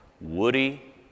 Woody